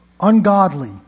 ungodly